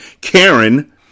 Karen